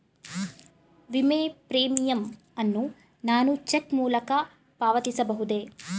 ವಿಮೆ ಪ್ರೀಮಿಯಂ ಅನ್ನು ನಾನು ಚೆಕ್ ಮೂಲಕ ಪಾವತಿಸಬಹುದೇ?